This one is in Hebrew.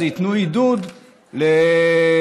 אז ייתנו עידוד ליישובים,